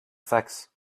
fax